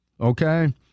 okay